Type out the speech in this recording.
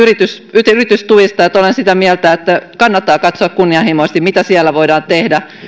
yritystuista niin että olen sitä mieltä että kannattaa katsoa kunnianhimoisesti mitä siellä voidaan tehdä